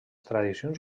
tradicions